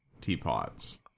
teapots